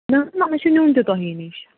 نہَ حظ نہَ مےٚ چھُ نِیُن تہِ تُہۍ نِش